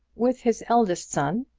with his eldest son,